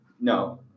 No